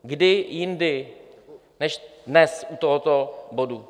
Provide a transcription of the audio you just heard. Kdy jindy než dnes u tohoto bodu?